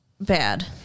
bad